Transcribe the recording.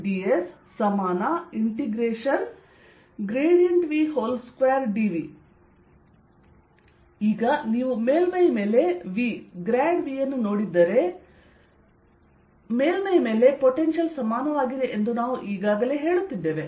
dSV2dV ಈಗ ನೀವು ಮೇಲ್ಮೈ ಮೇಲೆ V ಗ್ರಾಡ್ V ಅನ್ನು ನೋಡಿದರೆ ಮೇಲ್ಮೈ ಮೇಲೆ ಪೊಟೆನ್ಶಿಯಲ್ ಸಮಾನವಾಗಿದೆ ಎಂದು ನಾವು ಈಗಾಗಲೇ ಹೇಳುತ್ತಿದ್ದೇವೆ